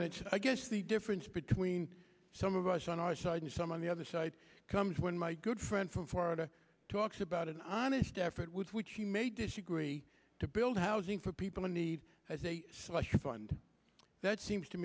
mentioned i guess the difference between some of us on our side and some on the other side comes when my good friend from florida talks about an honest effort with which he may disagree to build housing for people in need as a slush fund that seems to